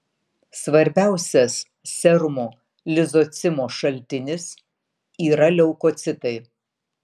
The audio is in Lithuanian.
svarbiausias serumo lizocimo šaltinis yra leukocitai